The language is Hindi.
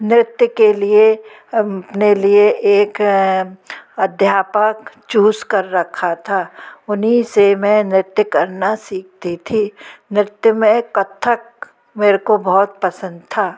नृत्य के लिए अपने लिए एक अध्यापक चूज़ कर रखा था उन्हीं से मैं नृत्य करना सीखती थी नृत्य में कत्थक मेरे को बहुत पसंद था